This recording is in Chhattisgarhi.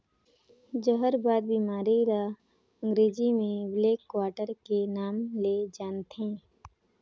जहरबाद बेमारी ल अंगरेजी में ब्लैक क्वार्टर के नांव ले जानथे